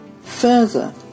Further